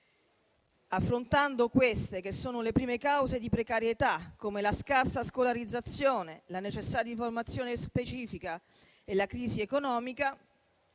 Affrontando queste, che sono le prime cause di precarietà, come la scarsa scolarizzazione, la necessità di formazione specifica e la crisi economica,